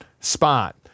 spot